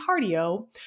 cardio